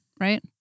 right